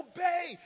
Obey